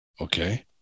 okay